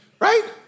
right